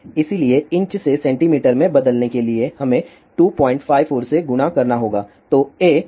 इसलिए इंच से सेंटीमीटर में बदलने के लिए हमें 254 से गुणा करना होगा